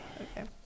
Okay